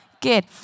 Good